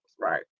right